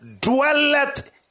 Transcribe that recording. dwelleth